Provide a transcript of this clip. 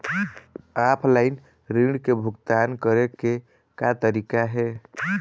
Offline ऋण के भुगतान करे के का तरीका हे?